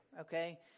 Okay